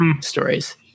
stories